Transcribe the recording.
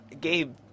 gabe